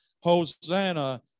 Hosanna